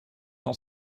cent